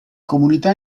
comunità